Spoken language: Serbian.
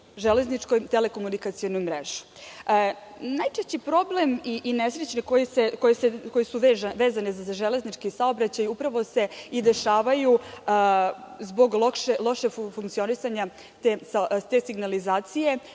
železničke telekomunikacione mreže. Najčešći problem i nesreće koje su vezane za železnički saobraćaj upravo se dešavaju zbog lošeg funkcionisanja te signalizacije,